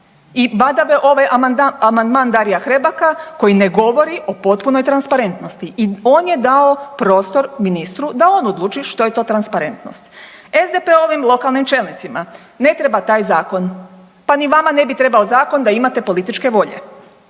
I badava ovaj amandman Daria Hrebaka koji ne govori o potpunoj transparentnosti i on je dao prostor ministru da on odluči što je to transparentnost. SDP-ovim lokalnim čelnicima ne treba taj zakon, pa ni vama ne bi trebao zakon da imate političke volje.